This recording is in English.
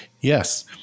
Yes